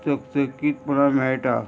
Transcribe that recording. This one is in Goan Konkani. चकचकीत पुराय मेळटा